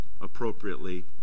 appropriately